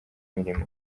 mirimo